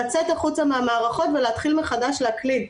לצאת החוצה מהמערכות ולהתחיל מחדש להקליד,